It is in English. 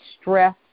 stress